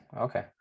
Okay